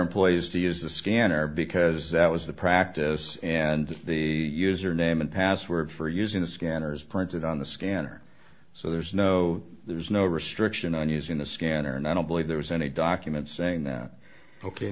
employees to use the scanner because that was the practice and the username and password for using the scanners printed on the scanner so there's no there's no restriction on using the scanner and i don't believe there was any document saying that ok